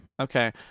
okay